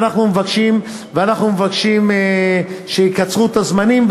אנחנו מבקשים שיקצרו את הזמנים,